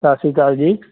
ਸਤਿ ਸ਼੍ਰੀ ਅਕਾਲ ਜੀ